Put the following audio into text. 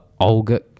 Olga